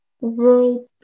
world